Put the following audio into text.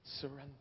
Surrender